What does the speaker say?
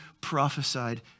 prophesied